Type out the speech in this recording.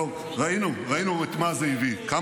טוב, ראינו, ראינו את מה זה הביא.